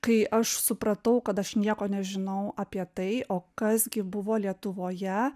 kai aš supratau kad aš nieko nežinau apie tai o kas gi buvo lietuvoje